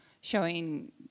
showing